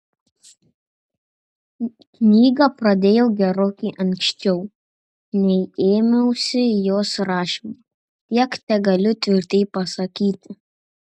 knygą pradėjau gerokai anksčiau nei ėmiausi jos rašymo tiek tegaliu tvirtai pasakyti